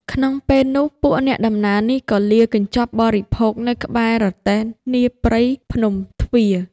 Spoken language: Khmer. ក្នុងពេលនោះ ពួកអ្នកដំណើរនេះក៏លាកញ្ចប់បរិភោគ នៅក្បែររទេះ នាព្រៃភ្នំទ្វារ ។